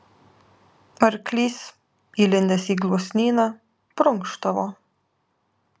arklys įlindęs į gluosnyną prunkštavo